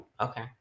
Okay